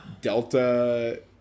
Delta